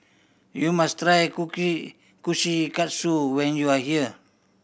you must try Kushikatsu when you are here